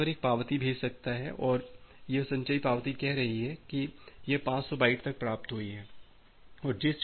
तो रिसीवर एक पावती भेज सकता है और यह संचयी पावती कह रही है कि यह 500 बाइट तक प्राप्त हुई है